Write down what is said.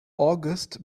august